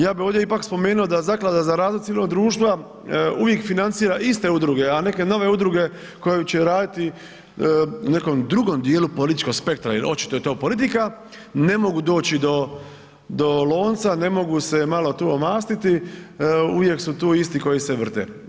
Ja bih ovdje ipak spomenuo da Zaklada za razvoj civilnog društva uvijek financira iste udruge a neke nove udruge koje će raditi u nekom drugom dijelu političkog spektra, jer očito je to politika ne mogu doći do lonca, ne mogu se malo tu omastiti, uvijek su tu isti koji se vrte.